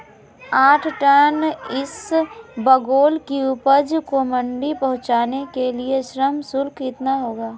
आठ टन इसबगोल की उपज को मंडी पहुंचाने के लिए श्रम शुल्क कितना होगा?